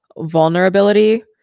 vulnerability